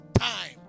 time